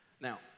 Now